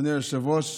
אדוני היושב-ראש,